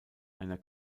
einer